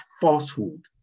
falsehood